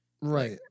right